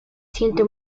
siente